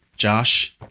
Josh